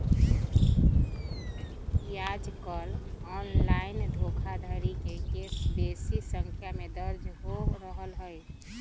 याजकाल ऑनलाइन धोखाधड़ी के केस बेशी संख्या में दर्ज हो रहल हइ